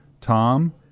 Tom